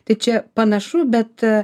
tai čia panašu bet